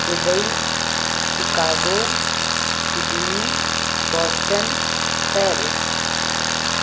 Dubai Chicago Sydney Boston Paris